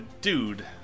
dude